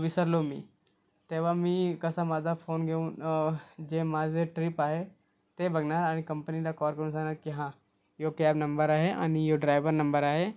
विसरलो मी तेव्हा मी कसा माझा फोन घेऊन जे माझं ट्रीप आहे ते बघणार आणि कंपनीला कॉल करून सांगणार की हां हा कॅब नंबर आहे आणि ह्यो ड्रायव्हर नंबर आहे